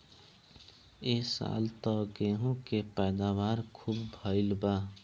ए साल त गेंहू के पैदावार खूब भइल बा